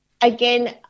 again